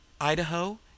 Idaho